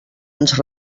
ens